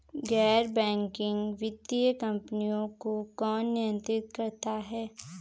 गैर बैंकिंग वित्तीय कंपनियों को कौन नियंत्रित करता है?